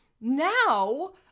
Now